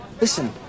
Listen